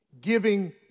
giving